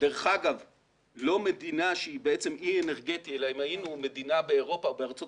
לא מדינה שהיא בעצם אי אנרגטי אלא היינו מדינה באירופה או בארצות